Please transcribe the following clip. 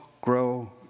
grow